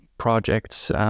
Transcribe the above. projects